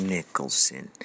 Nicholson